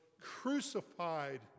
crucified